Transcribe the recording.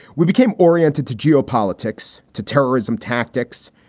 we became oriented to geopolitics, to terrorism tactics.